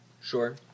Sure